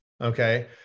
Okay